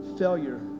failure